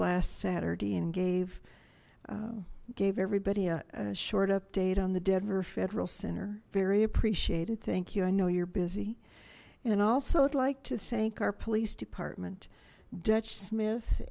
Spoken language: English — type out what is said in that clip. last saturday and gave gave everybody a short update on the denver federal center very appreciated thank you i know you're busy and also i'd like to thank our police department dutch smith